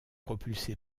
propulsé